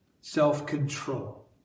self-control